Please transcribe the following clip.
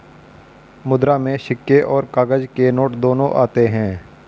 मुद्रा में सिक्के और काग़ज़ के नोट दोनों आते हैं